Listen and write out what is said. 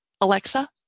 Alexa